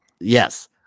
yes